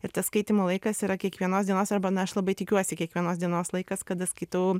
ir tas skaitymo laikas yra kiekvienos dienos arba na aš labai tikiuosi kiekvienos dienos laikas kada skaitau